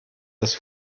dass